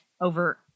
over